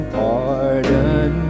pardon